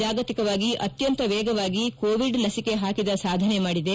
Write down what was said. ಜಾಗತಿಕವಾಗಿ ಅತ್ಯಂತ ವೇಗವಾಗಿ ಕೋವಿಡ್ ಲಸಿಕೆ ಹಾಕಿದ ಸಾಧನೆ ಮಾಡಿದೆ